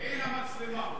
בעין המצלמה.